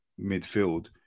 midfield